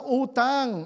utang